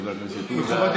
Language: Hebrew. חבר הכנסת עודה, תפדל.